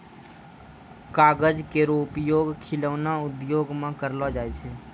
कागज केरो उपयोग खिलौना उद्योग म करलो जाय छै